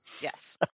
Yes